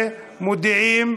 ומודיעים,